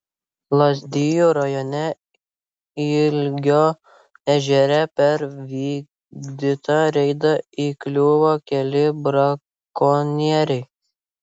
lazdijų rajone ilgio ežere per vykdytą reidą įkliuvo keli brakonieriai